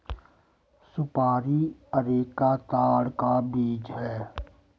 सुपारी अरेका ताड़ का बीज है